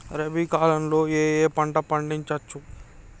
రబీ కాలంలో ఏ ఏ పంట పండించచ్చు?